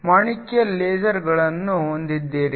ನೀವು ಮಾಣಿಕ್ಯ ಲೇಸರ್ಗಳನ್ನು ಹೊಂದಿದ್ದೀರಿ